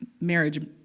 marriage